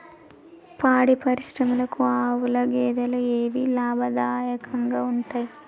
పాడి పరిశ్రమకు ఆవుల, గేదెల ఏవి లాభదాయకంగా ఉంటయ్?